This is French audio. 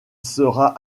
sera